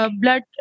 blood